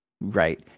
right